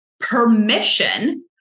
Permission